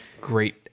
great